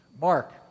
Mark